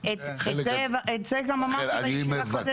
את זה גם אמרתי בישיבה הקודמת.